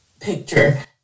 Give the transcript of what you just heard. picture